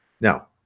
Now